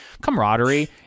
camaraderie